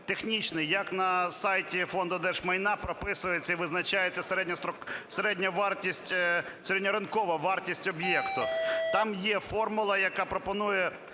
технічний, як на сайті Фонду держмайна прописується і визначається середня вартість, середньоринкова вартість об’єкту. Там є формула, яка пропонує